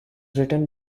written